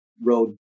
road